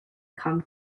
come